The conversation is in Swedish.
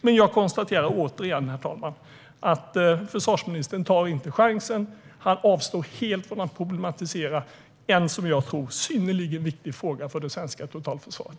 Men jag konstaterar återigen att försvarsministern inte tar chansen. Han avstår helt från att problematisera en, som jag tror, synnerligen viktig fråga för det svenska totalförsvaret.